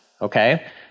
Okay